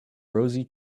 rosy